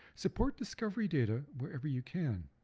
support discovery data wherever you can.